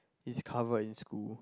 it's covered in school